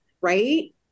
right